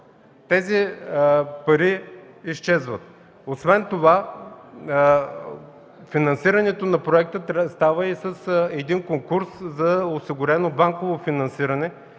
тези пари изчезват. Освен това финансирането на проекта става и с конкурс за осигурено банково финансиране,